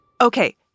Okay